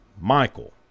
Michael